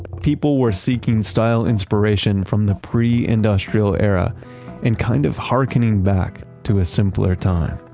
people were seeking style inspiration from the pre-industrial era and kind of harkening back to a simpler time.